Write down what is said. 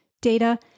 data